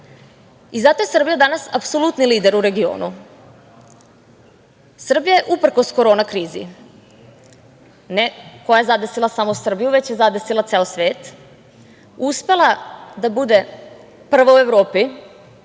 i zato je Srbija danas apsolutni lider u regionu. Srbije je uprkos korona krizi ne koja je zadesila samo Srbiju već je zadesila ceo svet, uspela da bude prva u Evropi